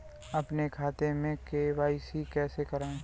अपने खाते में के.वाई.सी कैसे कराएँ?